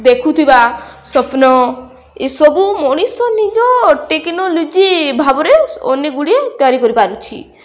ଦେଖୁଥିବା ସ୍ୱପ୍ନ ଏସବୁ ମଣିଷ ନିଜ ଟେକ୍ନୋଲୋଜିଭାବରେ ଅନେକ ଗୁଡ଼ିଏ ତିଆରି କରିପାରୁଛି